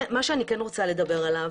מה שאני כן רוצה לדבר עליו,